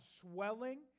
swelling